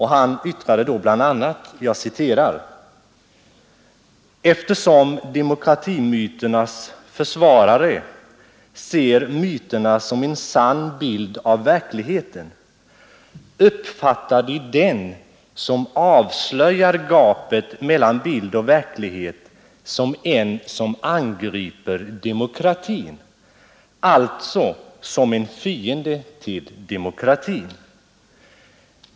Han yttrade då bl.a.: ”Eftersom demokratimyternas försvarare ser myterna som en sann bild av verkligheten, uppfattade de den som avslöjar gapet mellan bild och verklighet som en som angriper demokratin — alltså som en fiende till demokratin.